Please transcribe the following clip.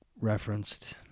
referenced